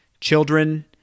children